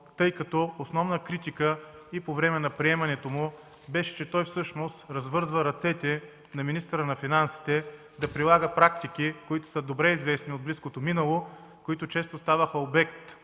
този закон. Основната критика по време на приемането му беше, че той всъщност развързва ръцете на министъра на финансите да прилага практики, добре известни от близкото минало, които често ставаха обект